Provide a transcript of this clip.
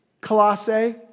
Colossae